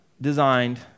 designed